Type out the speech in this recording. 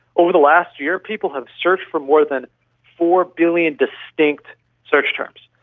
over the last year people have searched for more than four billion distinct search terms.